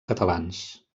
catalans